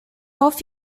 off